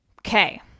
Okay